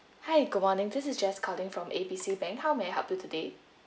hi good morning this is jess calling from A B C bank how may I help you today